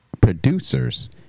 producers